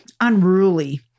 unruly